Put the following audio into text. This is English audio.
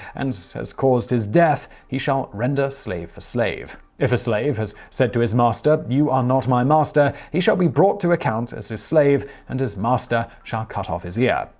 and has caused his death, he shall render slave for slave. if a slave has said to his master, you are not my master, he shall be brought to account as his slave, and his master shall cut off his yeah